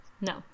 No